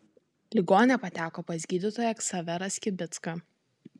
ligonė pateko pas gydytoją ksaverą skibicką